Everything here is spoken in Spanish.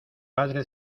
padre